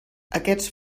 aquests